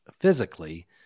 physically